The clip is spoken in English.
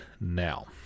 now